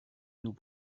nous